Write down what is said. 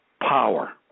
power